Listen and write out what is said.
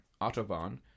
Autobahn